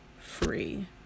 free